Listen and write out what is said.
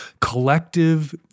collective